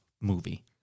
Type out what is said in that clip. movie